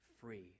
free